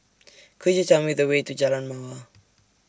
Could YOU Tell Me The Way to Jalan Mawar